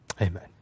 Amen